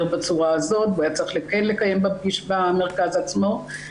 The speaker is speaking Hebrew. בצורה הזאת והיה צריך כן לקיים פגישה במרכז עצמו.